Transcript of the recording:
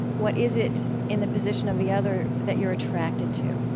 what is it in the position of the other that you're attracted to?